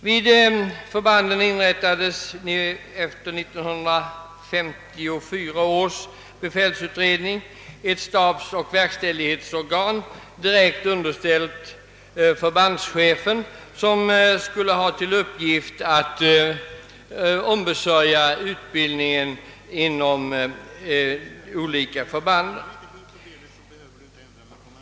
Vid förbanden inrättades på förslag av 1954 års befälsutredning ett stabsoch verkställighetsorgan, direkt underställt förbandschefen, vilket skulle ha till uppgift att ombesörja utbildningen inom olika förband.